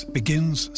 begins